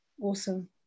awesome